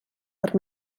per